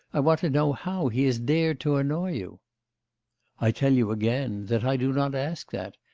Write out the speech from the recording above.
i want to know how he has dared to annoy you i tell you again, that i do not ask that.